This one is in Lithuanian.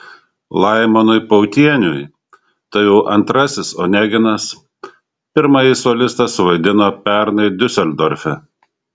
laimonui pautieniui tai jau antrasis oneginas pirmąjį solistas suvaidino pernai diuseldorfe